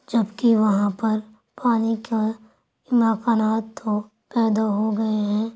جب کہ وہاں پر پانی کا امکانات ہو پیدا ہو گئے ہیں